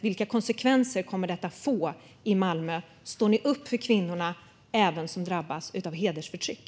Vilka konsekvenser kommer detta att få i Malmö? Står ni upp även för kvinnorna som drabbas av hedersförtryck?